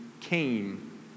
came